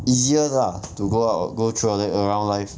easier lah to go out go through around life